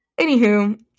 Anywho